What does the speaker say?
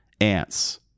ants